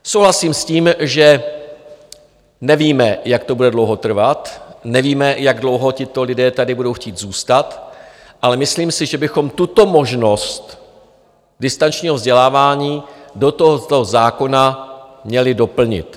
Souhlasím s tím, že nevíme, jak to bude dlouho trvat, nevíme, jak dlouho tady budou chtít tito lidé zůstat, ale myslím si, že bychom tuto možnost distančního vzdělávání do tohoto zákona měli doplnit.